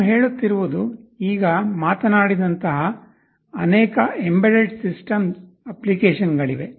ನಾವು ಹೇಳುತ್ತಿರುವುದು ಈಗ ಮಾತನಾಡಿದಂತಹ ಅನೇಕ ಎಂಬೆಡೆಡ್ ಸಿಸ್ಟಮ್ ಅಪ್ಲಿಕೇಶನ್ಗಳಿವೆ